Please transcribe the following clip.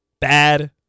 bad